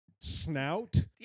snout